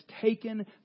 taken